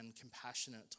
compassionate